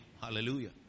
Hallelujah